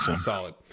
Solid